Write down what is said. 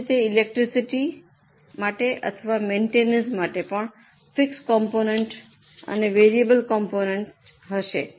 એ જ રીતે ઇલેકટ્રીસિટી માટે અથવા મેઇન્ટેનન્સ માટે પણ ફિક્સ કોમ્પોનેન્ટ અને વેરિયેબલ કોમ્પોનેન્ટ હશે